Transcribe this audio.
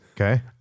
Okay